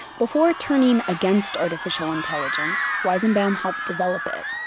before turning against artificial intelligence, weizenbaum helped develop it.